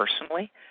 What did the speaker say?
personally